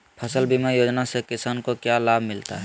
फसल बीमा योजना से किसान को क्या लाभ मिलता है?